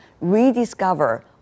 rediscover